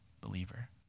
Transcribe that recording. believer